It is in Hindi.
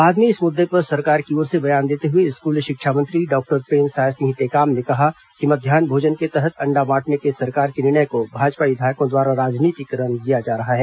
बाद में इस पूरे मुद्दे पर सरकार की ओर से बयान देते हुए स्कूल शिक्षा मंत्री डॉक्टर प्रेमसाय सिंह टेकाम ने कहा कि मध्यान्ह भोजन के तहत अण्डा बांटने के सरकार के निर्णय को भाजपा विधायकों द्वारा राजनीतिक रंग दिया जा रहा है